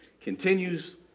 continues